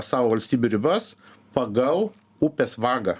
savo valstybių ribas pagal upės vagą